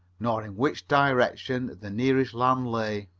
nor in which direction the nearest land lay.